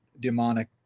demonic